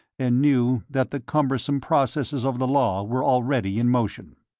and knew that the cumbersome processes of the law were already in motion.